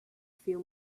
few